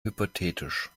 hypothetisch